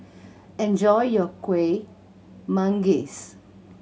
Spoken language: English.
enjoy your Kueh Manggis